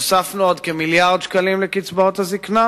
הוספנו עוד כמיליארד שקלים לקצבאות הזיקנה